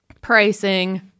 pricing